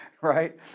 right